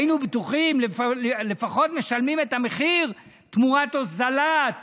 היינו בטוחים שלפחות משלמים את המחיר תמורת הורדת